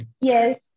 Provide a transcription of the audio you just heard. Yes